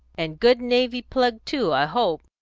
and good navy-plug too, i hope.